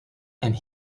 and